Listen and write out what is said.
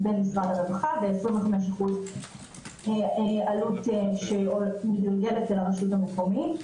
הרווחה ו-25% עלות שמתגלגלת על הרשות המקומית.